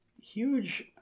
huge